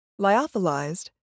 Lyophilized